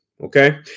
Okay